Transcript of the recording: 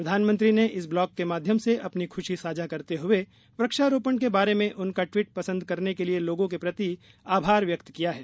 प्रधानमंत्री ने इस ब्लॉग के माध्यम से अपनी खुशी साझा करते हुए वृक्षारोपण के बारे में उनका ट्वीट पसंद करने के लिए लोगों के प्रति आभार व्यक्त किया है